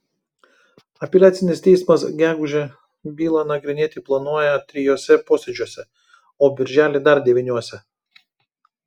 apeliacinis teismas gegužę bylą nagrinėti planuoja trijuose posėdžiuose o birželį dar devyniuose